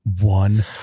one